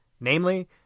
namely